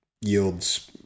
yields